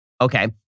okay